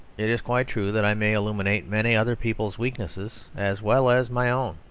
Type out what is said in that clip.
it is quite true that i may illuminate many other people's weaknesses as well as my own.